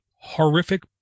horrific